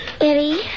Eddie